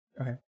Okay